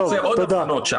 -- הוא עושה עוד אבחנות שם.